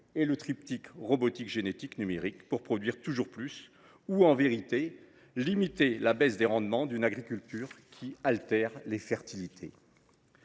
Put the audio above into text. et le triptyque « robotique, génétique, numérique » pour produire toujours plus ou, en réalité, pour limiter la baisse des rendements d’une agriculture qui altère les fertilités.